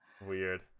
Weird